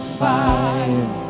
fire